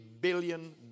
billion